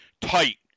tight